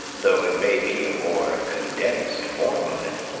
though it may be a more condensed form of it.